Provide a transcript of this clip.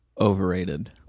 overrated